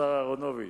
השר אהרונוביץ.